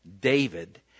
David